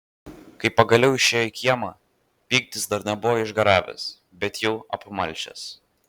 kai pagaliau išėjo į kiemą pyktis dar nebuvo išgaravęs bet jau apmalšęs